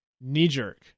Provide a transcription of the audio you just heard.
Knee-jerk